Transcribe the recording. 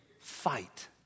fight